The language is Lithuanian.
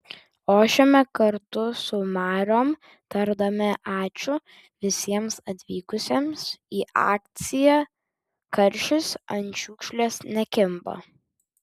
ošiame kartu su mariom tardami ačiū visiems atvykusiems į akciją karšis ant šiukšlės nekimba